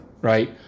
Right